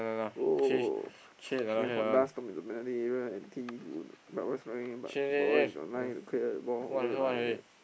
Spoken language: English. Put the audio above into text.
goal then from dust turn into many area and T to but what's but what is online to clear the ball over the line